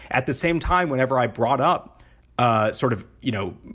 at the same time, whenever i brought up ah sort of, you know,